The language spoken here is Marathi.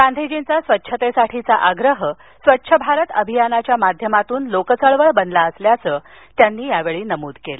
गांधीजींचा स्वच्छतेसाठीचा आग्रह स्वच्छ भारत अभियानाच्या माध्यमातून लोकचळवळ बनला असल्याचं त्यांनी नमूद केलं